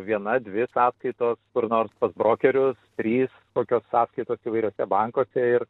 viena dvi sąskaitos kur nors pas brokerius trys kokios sąskaitos įvairiuose bankuose ir